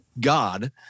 God